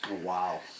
Wow